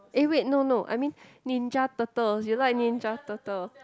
eh wait no no I mean Ninja Turtles you like Ninja Turtle